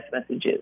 messages